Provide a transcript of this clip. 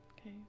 Okay